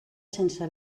sense